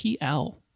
PL